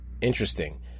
interesting